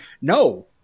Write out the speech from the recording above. no